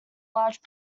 large